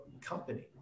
company